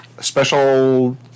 ...special